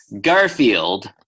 Garfield